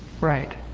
Right